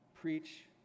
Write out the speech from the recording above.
preach